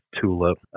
Tulip